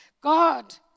God